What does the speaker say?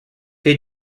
che